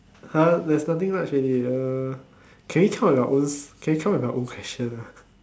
!huh! there's nothing much already uh can we come out with your own can you come up with our own question ah